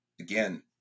again